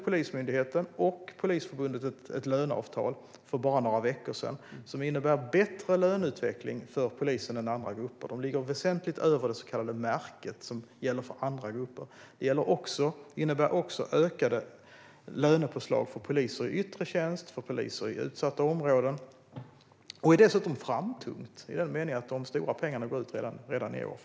Polismyndigheten och Polisförbundet tecknade ju för bara några veckor sedan ett löneavtal som innebär bättre löneutveckling för polisen än för andra grupper. De ligger väsentligt över det så kallade märket, som gäller för andra grupper. Det innebär också ökade lönepåslag för poliser i yttre tjänst och för poliser i utsatta områden. Det är dessutom framtungt i den meningen att de stora pengarna går ut redan i år.